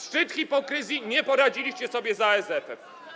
Szczyt hipokryzji, nie poradziliście sobie z ASF-em.